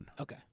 Okay